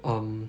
um